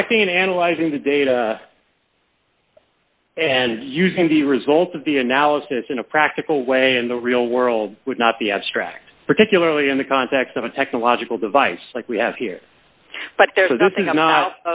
collecting and analyzing the data and using the results of the analysis in a practical way in the real world would not be abstract particularly in the context of a technological device like we have here but there's nothing i'm not